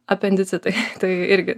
apendicitai tai irgi